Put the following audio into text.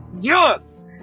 Yes